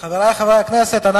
חברי חברי הכנסת.